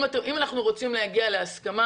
אם אנחנו רוצים להגיע להסכמה,